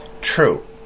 True